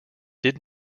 did